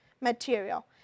Material